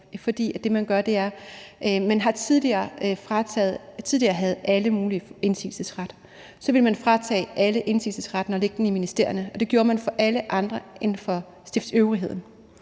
Tidligere havde alle mulige indsigelsesret. Så ville man fratage alle indsigelsesretten og lægge den i ministerierne, og det gjorde man for alle andre end for stiftsøvrigheden,